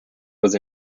was